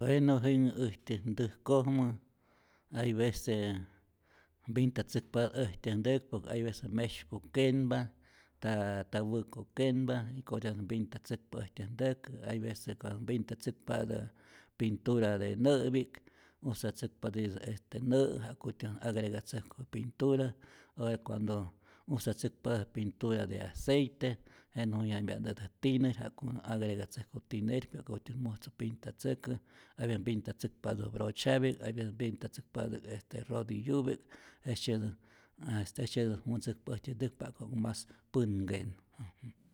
Bueno jinhä äjtyät ntäjkojmä hay vece mpintatzäkpatä äjtyä ntäk por que hay vece mesyku kenpa, nta nta wäko kenpa, jikotyät mpintatzäkpa äjtyät ntäk, hay vece cuando mpintatzäkpatä pintura de nä'pi'k, usatzäkpatä yä este nä' ja'kutyä agregatzäjku je pintura, ora cuando usatzäkpatät pintura de aceite jenä jujyampya'ntät je tiner ja'ku agregatzäjku tinerjik ja'kutyä musu pintatzäkä, hay vece mpintatzäkpatä brochapi'k, hay vece mpintatzäkpatä este rodillupi'k, jejtzyetä a este jejtzyetät wäntzäkpa äjtyä ntäk ja'ku mas pänkenu.